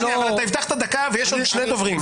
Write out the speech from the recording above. אתה הבטחת דקה ויש עוד שני דוברים.